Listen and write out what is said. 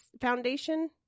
Foundation